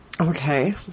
Okay